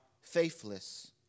faithless